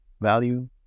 value